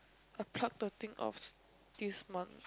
I pluck the thing off this month